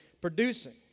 producing